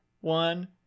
one